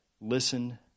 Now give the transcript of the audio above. listen